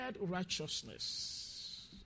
righteousness